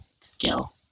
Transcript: skill